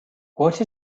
what